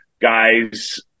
Guys